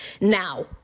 Now